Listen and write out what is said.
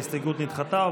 ההסתייגות נדחתה.